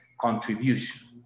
contribution